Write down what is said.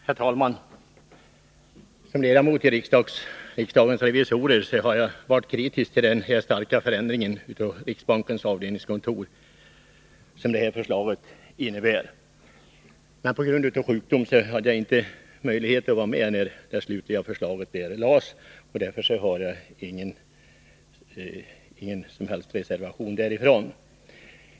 Herr talman! Som en av riksdagens revisorer är jag kritisk till den starka förändring av riksbankens avdelningskontor som riksdagsrevisorernas förslag innebär. På grund av sjukdom hade jag dock inte möjlighet att vara med när det slutliga förslaget framlades, och därför föreligger inte heller någon reservation.